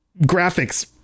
graphics